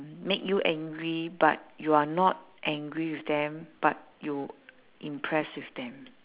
make you angry but you are not angry with them but you impressed with them